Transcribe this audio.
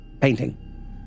painting